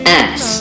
ass